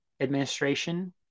administration